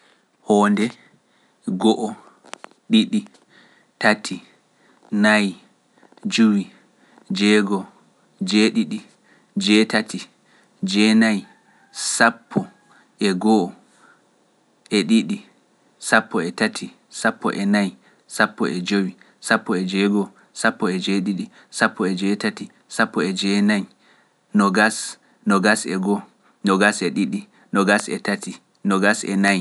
Hoonde go'o, ɗiɗi, tati, nayi, juwi, jeego, jeeɗiɗi, jeetati, jeenayi, sappo, e go'o, e ɗiɗi, sappo e tati, sappo e nayi, sappo e jowi, sappo e jeego, sappo e jeeɗiɗi, sappo e jeetati, sappo e jeenayi, nogas, nogas e go, nogas e ɗiɗi, nogas e tati, nogas e nayi.